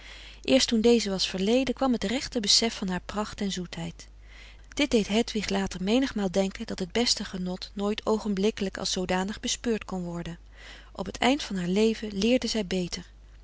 eerst toen deze was verleden kwam het rechte besef van haar pracht en zoetheid dit deed hedwig later menigmaal denken dat het beste genot nooit oogenblikkelijk als zoodanig bespeurd kon worden op t eind van haar leven leerde zij beter